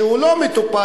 שהוא לא מטופל,